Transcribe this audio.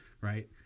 right